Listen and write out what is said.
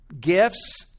Gifts